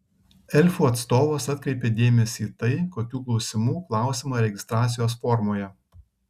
elfų atstovas atkreipė dėmesį į tai kokių klausimų klausiama registracijos formoje